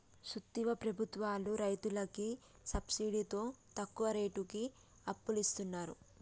సూత్తివా ప్రభుత్వాలు రైతులకి సబ్సిడితో తక్కువ రేటుకి అప్పులిస్తున్నరు